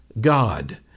God